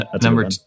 Number